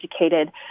educated